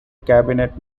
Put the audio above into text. cabinet